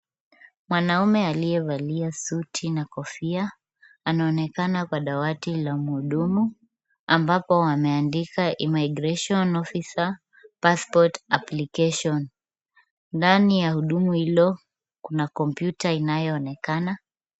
Mwanaume aliyevalia suti na kofia, anaonekana kwa dawati la mhudumu, ambapo wameandika immigration officer, passport application . Ndani ya hudumu hilo, kuna kompyuta inayoonekana.